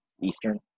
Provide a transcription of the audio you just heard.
Eastern